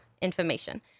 information